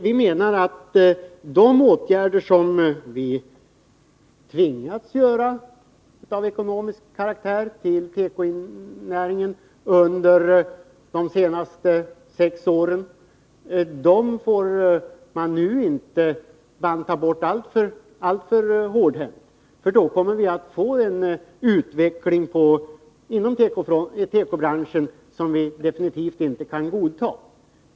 Vi menar att de ekonomiska åtgärder som vi tvingats vidta i tekonäringen under de senaste sex åren inte får bantas ned alltför hårdhänt. Då kommer vi att få en utveckling inom tekobranschen som vi definitivt inte kan godta.